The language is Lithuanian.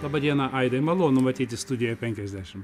laba diena aidai malonu matyti studijoj penkiasdešim